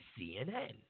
CNN